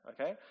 okay